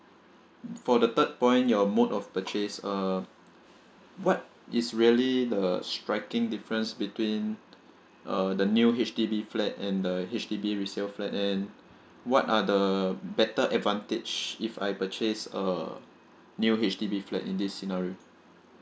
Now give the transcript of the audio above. for the third point your mode of purchase uh what is really the striking difference between uh the new H_D_B flat and the H_D_B resale flat and what are the better advantage if I purchase a new H_D_B flat in this scenario